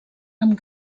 amb